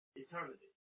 eternity